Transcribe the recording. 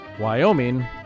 Wyoming